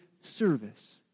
service